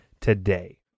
today